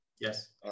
Yes